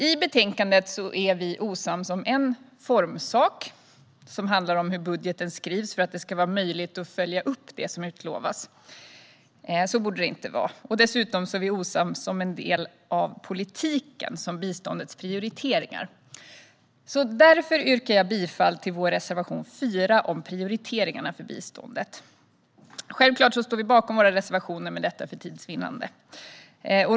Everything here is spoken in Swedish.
I betänkandet är vi osams om en formsak som handlar om hur budgeten skrivs för att det ska vara möjligt att följa upp det som utlovas. Så borde det inte vara. Dessutom är vi osams om en del av politiken, till exempel biståndets prioriteringar. Därför yrkar jag bifall till vår reservation 4 om prioriteringarna för biståndet. Självklart står vi bakom alla våra reservationer, men vi gör så här för tids vinnande.